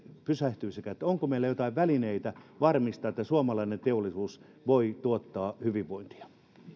pysähtyisikään onko meillä jotain välineitä varmistaa että suomalainen teollisuus voi tuottaa hyvinvointia